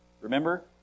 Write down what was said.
Remember